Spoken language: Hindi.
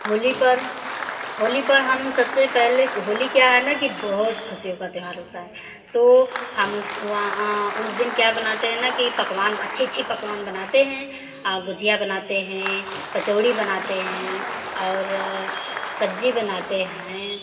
होली पर होली पर हम सबसे पहले होली क्या है ना कि बहुत खुशियों का त्यौहार होता है तो हम वहाँ उस दिन क्या बनाते हैं ना कि पकवान अच्छे अच्छे पकवान बनाते हैं आ गुजिया बनाते हैं कचौड़ी बनाते हैं और सब्ज़ी बनाते हैं